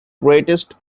greatest